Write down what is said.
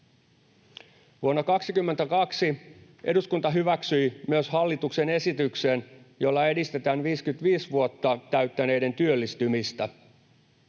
Vuonna 22 eduskunta hyväksyi myös hallituksen esityksen, jolla edistetään 55 vuotta täyttäneiden työllistymistä